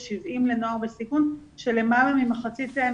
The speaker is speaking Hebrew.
יש 70 לנוער בסיכון כשלמעלה ממחצית מהם,